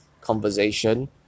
conversation